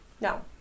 No